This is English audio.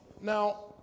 Now